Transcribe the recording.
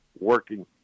working